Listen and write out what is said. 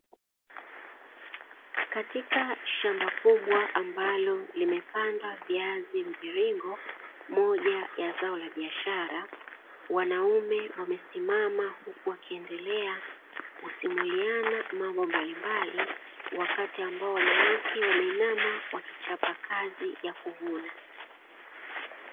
Katika shamba kubwa ambalo limepandwa viazi mviringo moja ya zao la biashara wanaume wamesimama huku wakiendelea kisimuliana mambo mbalimbali wakati ambao wanawake wameinama wakichapa kazi ya kuvuna.